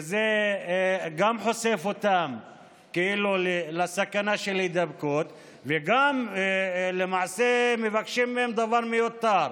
וזה גם חושף אותם לסכנה של הידבקות וגם למעשה מבקשים מהם דבר מיותר.